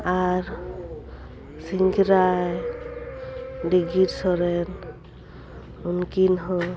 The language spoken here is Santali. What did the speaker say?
ᱟᱨ ᱥᱤᱝᱨᱟᱭ ᱰᱤᱜᱤᱨ ᱥᱚᱨᱮᱱ ᱩᱱᱠᱤᱱ ᱦᱚᱸ